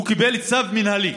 הוא קיבל צו מינהלי.